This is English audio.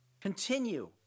continue